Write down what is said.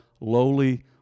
lowly